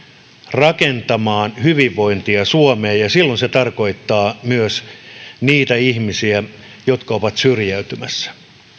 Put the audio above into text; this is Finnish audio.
rakentamaan hyvinvointia suomeen ja silloin se tarkoittaa myös niitä ihmisiä jotka ovat syrjäytymässä